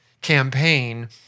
campaign